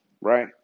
right